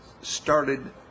started